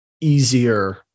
easier